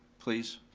please?